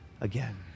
again